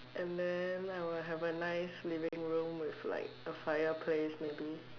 and then I will have a nice living room with like a fireplace maybe